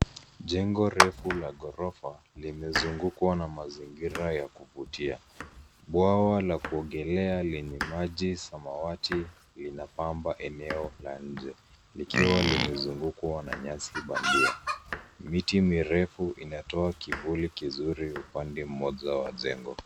Jengo refu la ghorofa limezungukwa na mazingira ya kuvutia. Bwawa la kuogelea lenye maji samawati linapamba eneo la nje likiwa limezungukwa na nyasi bandia. Miti mirefu inatoa kivuli kizuri upande mmoja wa jengo.